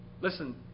Listen